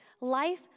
life